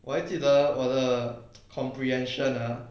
我还记得我的 comprehension ah